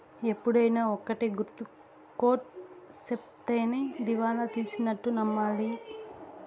ఎప్పుడైనా ఒక్కటే గుర్తు కోర్ట్ సెప్తేనే దివాళా తీసినట్టు నమ్మాలి